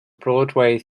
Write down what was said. broadway